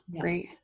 right